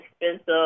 expensive